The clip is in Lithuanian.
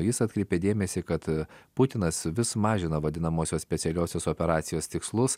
jis atkreipė dėmesį kad putinas vis mažina vadinamosios specialiosios operacijos tikslus